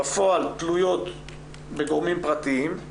בפועל תלויות בגורמים פרטיים,